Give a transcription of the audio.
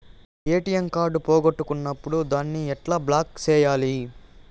ATM card పోగొట్టుకున్నప్పుడు దాన్ని ఎట్లా బ్లాక్ సేయాలి